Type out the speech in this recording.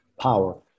power